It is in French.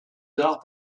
tard